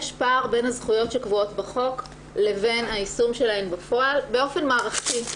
יש פער בין הזכויות שקבועות בחוק לבין היישום שלהן בפועל באופן מערכתי.